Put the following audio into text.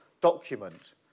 document